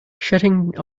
shutting